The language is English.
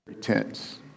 Tense